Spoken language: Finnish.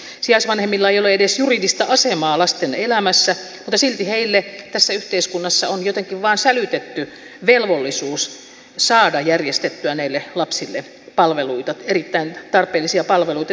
sijaisvanhemmilla ei ole edes juridista asemaa lasten elämässä mutta silti heille tässä yhteiskunnassa on jotenkin vain sälytetty velvollisuus saada järjestettyä näille lapsille palveluita erittäin tarpeellisia palveluita